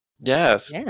Yes